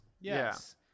Yes